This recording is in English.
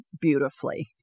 beautifully